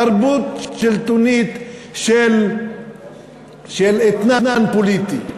תרבות שלטונית של אתנן פוליטי.